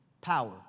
power